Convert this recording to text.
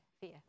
Fear